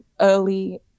early